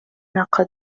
بدأ